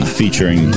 featuring